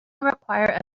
require